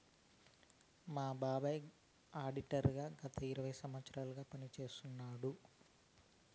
మా బాబాయ్ ఆడిటర్ గత ఇరవై ఏళ్లుగా పని చేస్తున్నాడు